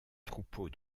troupeaux